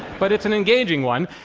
but it's an engaging one,